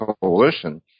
coalition